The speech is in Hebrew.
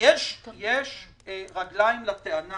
יש רגליים לטענה